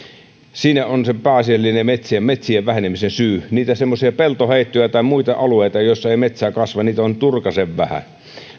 siinä on se pääasiallinen metsien metsien vähenemisen syy niitä semmoisia peltoheittoja tai muita alueita joilla ei metsää kasva on turkasen vähän